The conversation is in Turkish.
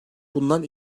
bundan